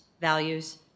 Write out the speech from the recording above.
values